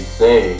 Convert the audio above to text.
say